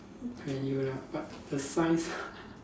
value lah but the size